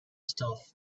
stuff